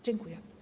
Dziękuję.